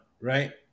right